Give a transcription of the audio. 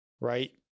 right